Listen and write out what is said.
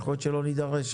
יכול להיות שלא נידרש.